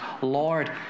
Lord